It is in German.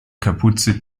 kapuze